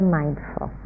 mindful